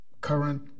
current